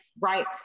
Right